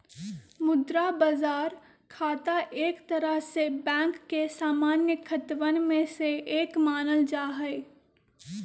मुद्रा बाजार खाता एक तरह से बैंक के सामान्य खतवन में से एक मानल जाहई